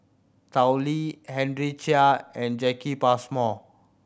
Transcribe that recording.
Tao Li Henry Chia and Jacki Passmore